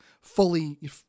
fully